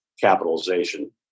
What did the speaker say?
capitalization